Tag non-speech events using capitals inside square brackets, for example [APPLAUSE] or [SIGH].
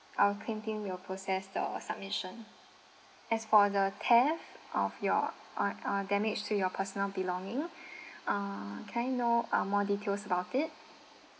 our claim team will process the submission as for the theft of your uh uh damage to your personal belonging [BREATH] err can I know uh more details about it